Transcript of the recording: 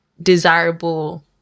desirable